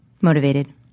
motivated